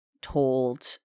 told